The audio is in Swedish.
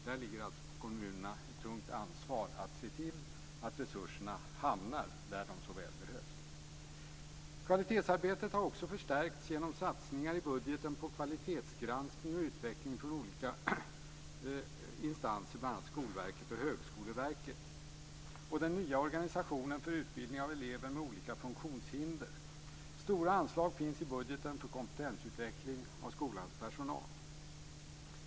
Det ligger alltså ett tungt ansvar på kommunerna att se till att resurserna hamnar där de så väl behövs. Kvalitetsarbetet har också förstärkts genom satsningar i budgeten på kvalitetsgranskning och utveckling från olika instanser, bl.a. Skolverket, Högskoleverket och den nya organisationen för utbildning av elever med olika funktionshinder. Stora anslag finns i budgeten för kompetensutveckling av skolans personal.